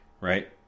right